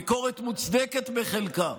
ביקורת מוצדקת בחלקה,